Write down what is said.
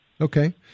Okay